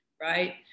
right